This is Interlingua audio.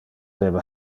debe